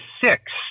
six